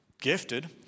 gifted